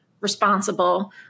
responsible